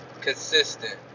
consistent